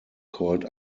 called